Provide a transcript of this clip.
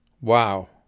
Wow